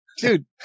Dude